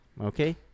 Okay